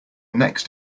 next